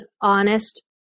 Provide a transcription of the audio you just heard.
honest